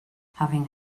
having